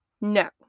No